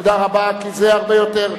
תודה רבה, כי זה הרבה יותר,